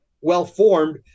well-formed